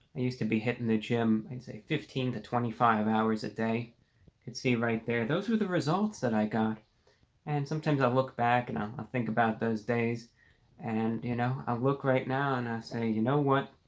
i used to be hitting the gym i'd say fifteen to twenty five hours a day. i could see right there those are the results that i got and sometimes i look back and um i think about those days and you know i look right now and i say you know what?